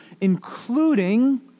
including